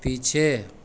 पीछे